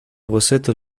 boceto